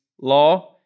law